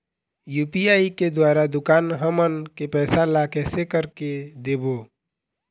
UPI के द्वारा दुकान हमन के पैसा ला कैसे कर के देबो?